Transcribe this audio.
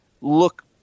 look